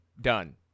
done